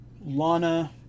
Lana